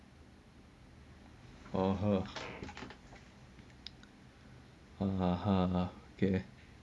oh [ho] ah ha ha okay